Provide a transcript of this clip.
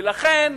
ולכן,